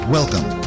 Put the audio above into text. Welcome